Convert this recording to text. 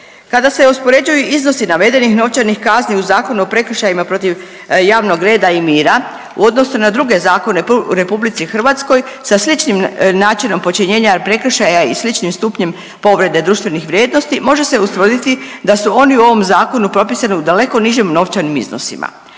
Kada se uspoređuju iznosi navedenih novčanih kazni u Zakonu o prekršajima protiv javnog reda i mira, u odnosu na druge zakone u RH sa sličnim načinom počinjenja prekršaja i sličnim stupnjem povrede društvenih vrijednosti, može se ustvrditi da su oni u ovom Zakonu propisani u daleko nižim novčanim iznosima.